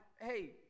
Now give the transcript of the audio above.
hey